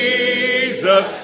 Jesus